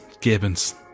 Gibbons